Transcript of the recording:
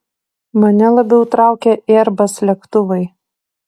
mane labiau traukia airbus lėktuvai